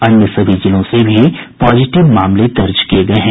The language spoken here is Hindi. अन्य सभी जिलों से भी पॉजिटिव मामले दर्ज किये गये हैं